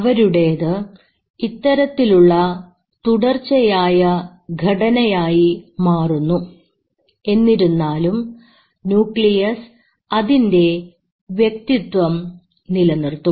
അവരുടേത് ഇത്തരത്തിലുള്ള തുടർച്ചയായ ഘടന ആയി മാറുന്നു എന്നിരുന്നാലും ന്യൂക്ലിയസ് അതിൻറെ വ്യക്തിത്വം നിലനിർത്തും